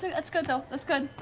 that's good though, that's good.